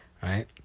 right